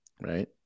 right